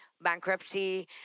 bankruptcy